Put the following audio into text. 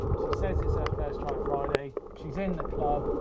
she says it's her first try friday. she's in the club,